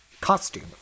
costume